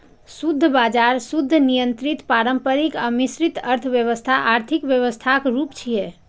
शुद्ध बाजार, शुद्ध नियंत्रित, पारंपरिक आ मिश्रित अर्थव्यवस्था आर्थिक व्यवस्थाक रूप छियै